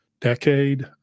decade